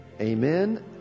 Amen